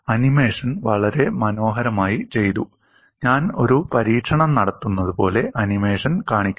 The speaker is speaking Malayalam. ആനിമേഷൻ വളരെ മനോഹരമായി ചെയ്തു ഞാൻ ഒരു പരീക്ഷണം നടത്തുന്നതുപോലെ ആനിമേഷൻ കാണിക്കുന്നു